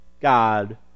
God